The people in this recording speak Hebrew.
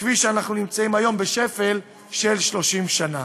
כפי שאנחנו נמצאים היום בשפל של 30 שנה.